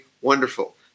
wonderful